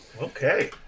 Okay